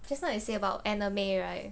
just now you say about anime right